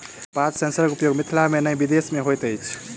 पात सेंसरक उपयोग मिथिला मे नै विदेश मे होइत अछि